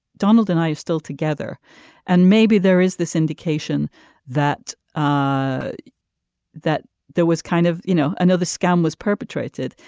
donald and i are still together and maybe there is this indication that ah that there was kind of you know another scam was perpetrated.